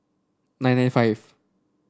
nine nine five